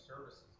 services